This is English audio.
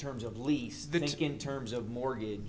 terms of least in terms of mortgage